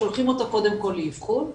שולחים אותו קודם כל לאבחון,